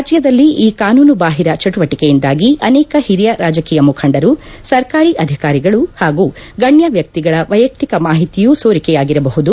ರಾಜ್ಯದಲ್ಲಿ ಈ ಕಾನೂನುಬಾಹಿರ ಚಟುವಟಕೆಯಿಂದಾಗಿ ಅನೇಕ ಹಿರಿಯ ರಾಜಕೀಯ ಮುಖಂಡರು ಸರ್ಕಾರಿ ಅಧಿಕಾರಿಗಳು ಹಾಗೂ ಗಣ್ಣ ವ್ಯಕ್ತಿಗಳ ವೈಯಕ್ತಿಕ ಮಾಹಿತಿಯು ಸೋರಿಕೆಯಾಗಿರಬಹುದು